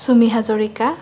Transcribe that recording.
Chumi Hazarika